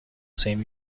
same